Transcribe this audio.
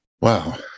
Wow